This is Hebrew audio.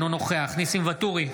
אינו נוכח ניסים ואטורי,